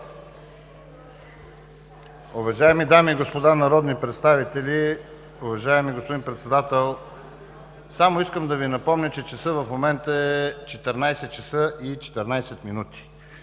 Уважаеми дами и господа народни представители, уважаеми господин Председател! Само искам да Ви напомня, че часът в момента е 14,14 ч.